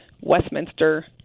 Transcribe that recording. Westminster